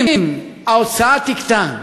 אם ההוצאה תקטן,